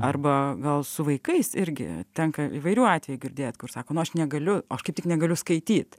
arba gal su vaikais irgi tenka įvairių atvejų girdėt kur sako nu aš negaliu aš kaip tik negaliu skaityt